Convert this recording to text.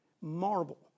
marble